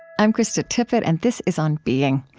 i'm krista tippett, and this is on being.